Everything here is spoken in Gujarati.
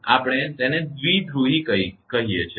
તેથી આપણે તેને દ્વિધ્રુવી ગણીએ છીએ